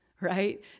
right